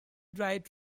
drive